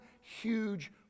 huge